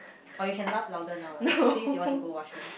or you can laugh louder now lah since you want to go washroom